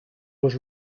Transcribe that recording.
was